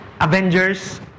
Avengers